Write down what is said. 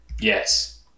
Yes